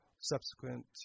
subsequent